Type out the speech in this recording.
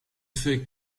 fait